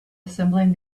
assembling